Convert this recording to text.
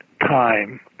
time